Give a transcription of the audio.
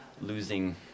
losing